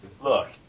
Look